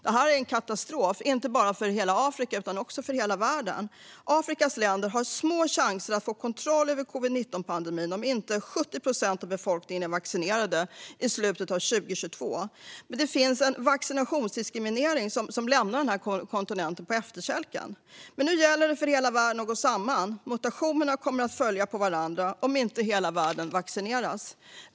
Detta är en katastrof, inte bara för hela Afrika utan också för hela världen. Afrikas länder har små chanser att få kontroll över covid-19-pandemin om inte 70 procent av befolkningen är vaccinerade i slutet av 2022. Men det finns en vaccinationsdiskriminering som lämnar denna kontinent på efterkälken. Nu gäller det för hela världen att gå samman. Mutationerna kommer att följa på varandra om inte hela världen vaccineras.